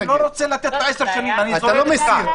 אני לא רוצה לתת 10 שנים, אני זורם אתך.